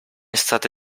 stata